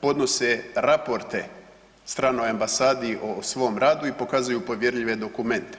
podnose raporte stranoj ambasadi o svom radu i pokazuju povjerljive dokumente.